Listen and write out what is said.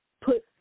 put